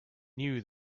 knew